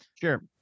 Sure